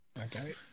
Okay